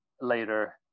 later